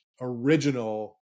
original